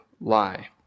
lie